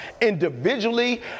individually